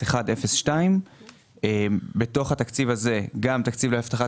290102. בתוך התקציב הזה גם תקציב לאבטחת